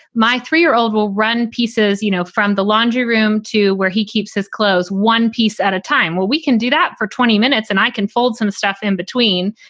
my three year old will run pieces, you know, from the laundry room to where he keeps his clothes one piece at a time where we can do that for twenty minutes and i can fold some stuff in between.